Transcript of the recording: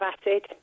acid